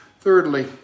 Thirdly